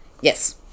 yes